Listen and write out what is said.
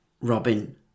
Robin